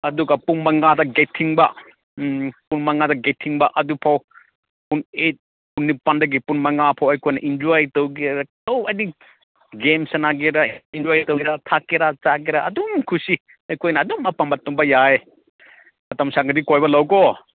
ꯑꯗꯨꯒ ꯄꯨꯡ ꯃꯉꯥꯗ ꯒꯦꯠ ꯊꯤꯡꯕ ꯎꯝ ꯄꯨꯡ ꯃꯉꯥꯗ ꯒꯦꯠ ꯊꯤꯡꯕ ꯑꯗꯨꯐꯥꯎ ꯄꯨꯡ ꯑꯩꯠ ꯄꯨꯡ ꯅꯤꯄꯥꯜꯗꯒꯤ ꯄꯨꯡ ꯃꯉꯥꯐꯥꯎ ꯑꯩꯈꯣꯏꯅ ꯑꯦꯟꯖꯣꯏ ꯇꯧꯒꯦꯔ ꯇꯧ ꯑꯩꯗꯤ ꯒꯦꯝ ꯁꯥꯟꯅꯒꯦꯔ ꯑꯦꯟꯖꯣꯏ ꯇꯧꯒꯦꯔ ꯊꯛꯀꯦꯔ ꯑꯗꯨꯝ ꯀꯨꯁꯤ ꯑꯩꯈꯣꯏꯅ ꯑꯗꯨꯝ ꯑꯄꯥꯝꯕ ꯇꯧꯕ ꯌꯥꯏ ꯃꯇꯝ ꯁꯪꯉꯗꯤ ꯀꯣꯏꯕ ꯂꯥꯛꯎ ꯀꯣ